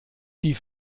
die